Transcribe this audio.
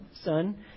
son